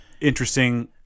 interesting